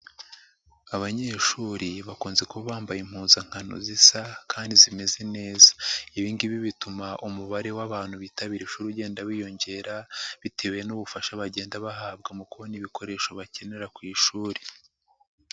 Abanyeshuri bakunze kuba bambaye impuzankano zisa kandi zimeze neza. Ibi ngibi bituma umubare w'abantu bitabira ishuri ugenda wiyongera, bitewe n'ubufasha bagenda bahabwa mu kubona ibikoresho bakenera ku ishuri.